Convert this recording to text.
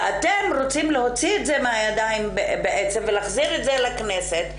ואתם רוצים להוציא את זה מהידיים ולהחזיר את זה לכנסת,